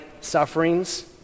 sufferings